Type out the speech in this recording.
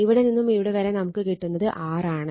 ഇവിടെ നിന്നും ഇവിടെ വരെ നമുക്ക് കിട്ടുന്നത് 6 ആണ്